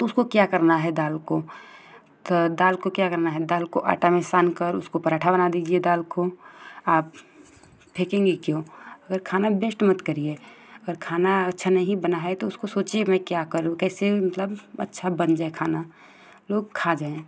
तो उसको क्या करना है दाल को तो दाल को क्या करना है दाल को आटा में सानकर उसका परान्ठा बना दीजिए दाल को आप फेकेंगी क्यों अगर खाना वेस्ट मत करिए अगर खाना अच्छा नहीं बना है तो उसको सोचिए मैं क्या करूँ कैसे मतलब अच्छा बन जाए खाना लोग खा जाएँ